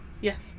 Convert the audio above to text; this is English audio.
Yes